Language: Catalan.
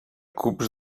cubs